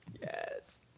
Yes